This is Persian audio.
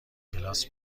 کلاس